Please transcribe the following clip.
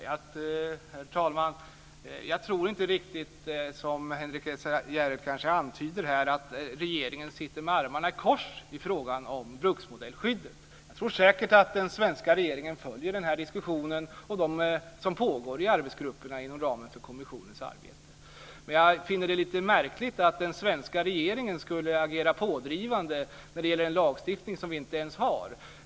Herr talman! Jag tror inte riktigt, som Henrik S Järrel antyder här, att regeringen sitter med armarna i kors i fråga om bruksmodellskyddet. Jag tror säkert att den svenska regeringen följer den här diskussionen och de diskussioner som pågår i arbetsgrupperna inom ramen för kommissionens arbete. Jag finner det lite märkligt att den svenska regeringen skulle agera pådrivande när det gäller en lagstiftning som vi inte ens har.